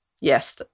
Yes